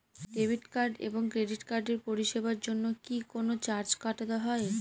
Debit card এবং credit কার্ডের পরিষেবার জন্য কি কোন চার্জ কাটা হয়?